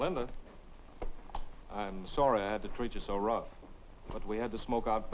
the i'm sorry i had to treat you so rough but we had to smoke out